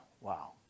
Wow